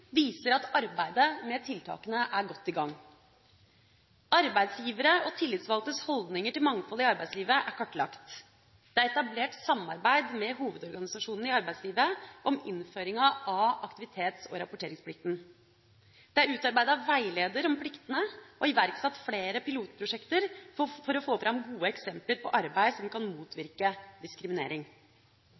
viser at arbeidet med tiltakene er godt i gang. Arbeidsgiveres og tillitsvalgtes holdninger til mangfold i arbeidslivet er kartlagt. Det er etablert samarbeid med hovedorganisasjonene i arbeidslivet om innføringen av aktivitets- og rapporteringsplikt. Det er utarbeidet veiledere om pliktene og iverksatt flere pilotprosjekter for å få fram gode eksempler på arbeid som kan motvirke diskriminering.